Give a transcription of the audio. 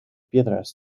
piedras